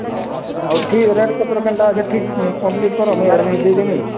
ହଉ ହଉ ଠିକ ରେଟ୍ ପତର କେନ୍ତା ଯେ ଠିକ୍ କମ୍ପ୍ଲିଟ୍ କର ମୁଁ ଆଡ଼ଭାନ୍ସ ଦେଇ ଦେମି